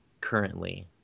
currently